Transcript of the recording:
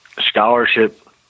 scholarship